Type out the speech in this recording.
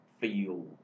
feel